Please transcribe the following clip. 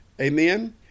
Amen